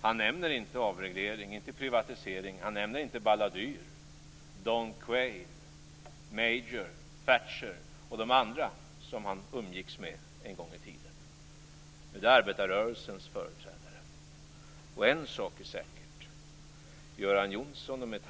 Han nämner inte avreglering, inte privatisering. Han nämner inte Balladur, Dan Quayle, Major, Thatcher och de andra som han umgicks med en gång i tiden, utan arbetarrörelsens företrädare.